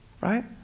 right